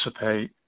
participate